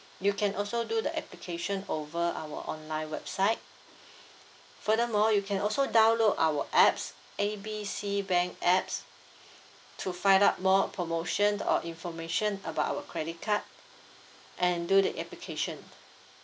you can also do the application over our online website furthermore you can also download our apps A B C bank apps to find out more promotion or information about our credit card and do the application